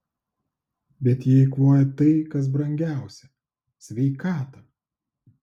bet jie eikvoja tai kas brangiausia sveikatą